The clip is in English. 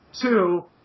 Two